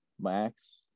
max